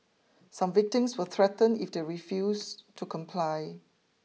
some victims were threatened if they refused to comply